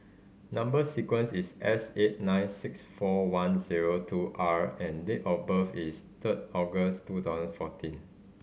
number sequence is S eight nine six four one zero two R and date of birth is third August two thousand fourteen